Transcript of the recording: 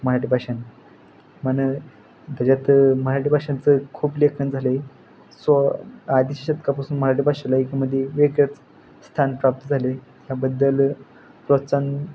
मराठी भाषांन त्याच्यात मराठी भाषांचं खूप लेखन झालं आहे सो आदिशतकापासून मराठी भाषेला एकमध्ये वेगळंच स्थान प्राप्त झालं आहे ह्याबद्दल प्रोत्साहन